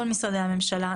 כל משרדי הממשלה,